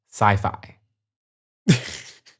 sci-fi